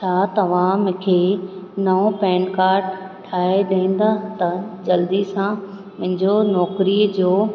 छ तव्हां मूंखे नओ पैन कार्ड ठाहे ॾींदा त जल्दी सां मुंहिंजो नौकरीअ जो